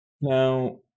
Now